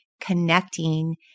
connecting